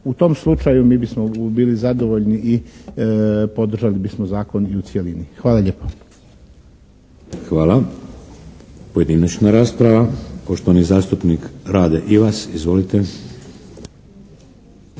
U tom slučaju mi bismo bili zadovoljni i podržali bismo zakon i u cjelini. Hvala lijepo. **Šeks, Vladimir (HDZ)** Hvala. Pojedinačna rasprava. Poštovani zastupnik Rade Ivas. Izvolite!